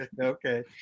okay